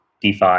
DeFi